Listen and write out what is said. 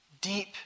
deep